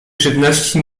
żywności